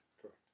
Correct